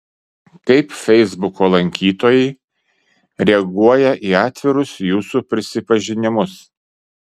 kaip feisbuko lankytojai reaguoja į atvirus jūsų prisipažinimus